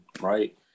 right